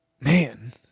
man